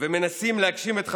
ומנסים להגשים את חלומו,